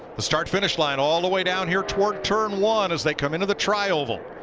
the start-finish line all the way down here to ah turn one, as they come into the trioval.